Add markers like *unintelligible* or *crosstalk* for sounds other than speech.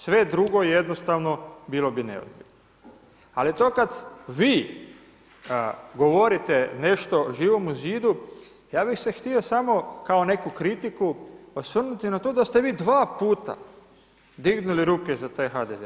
Sve drugo jednostavno, bilo bi … *unintelligible* ali to kad vi, govorite nešto Živome zidu, ja bi se htio samo, kao neku kritiku, osvrnuti na to da ste vi dva puta, dignuli ruke za HDZ.